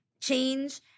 change